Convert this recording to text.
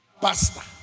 pastor